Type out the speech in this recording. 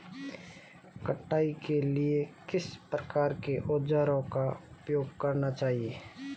कटाई के लिए किस प्रकार के औज़ारों का उपयोग करना चाहिए?